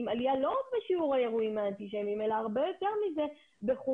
עם עלייה לא רק בשיעור האירועים האנטישמיים אלא הרבה יותר מזה בחומרתם,